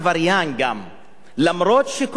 למרות שכל המעשה שם,